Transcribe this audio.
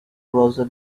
browser